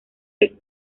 que